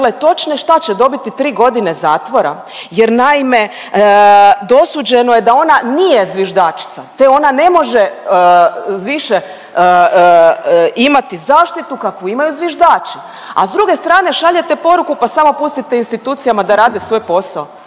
točne, šta će, dobiti 3.g. zatvora? Jer naime dosuđeno je da ona nije zviždačica, te ona ne može više imati zaštitu kakvu imaju zviždači, a s druge strane šaljete poruku, pa samo pustite institucijama da rade svoj posao.